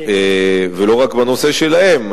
ולא רק בנושא שלהם,